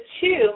two